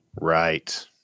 Right